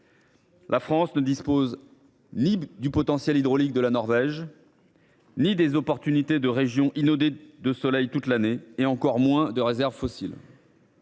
La France ne dispose ni du potentiel hydraulique de la Norvège ni des opportunités qu’ont les régions inondées de soleil toute l’année, et encore moins de réserves fossiles.